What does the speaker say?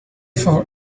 for